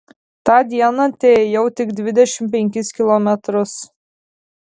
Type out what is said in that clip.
tą dieną teėjau tik dvidešimt penkis kilometrus